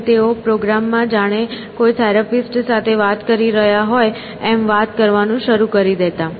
અને તેઓ પ્રોગ્રામ માં જાણે કોઈ થેરાપિસ્ટ સાથે વાત કરી રહ્યા હોય એમ વાત કરવાનું શરૂ કરી દેતા